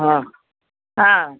ആ ആ